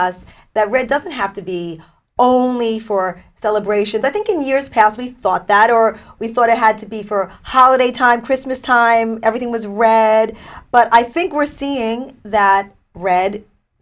us that red doesn't have to be only for celebration that think in years past we thought that or we thought it had to be for holiday time christmas time everything was red but i think we're seeing that red